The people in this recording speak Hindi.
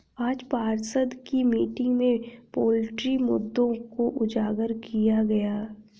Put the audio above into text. आज पार्षद की मीटिंग में पोल्ट्री मुद्दों को उजागर किया गया